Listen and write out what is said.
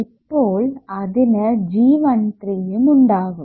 ഇപ്പോൾ അതിനു G13 യും ഉണ്ടാകും